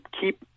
keep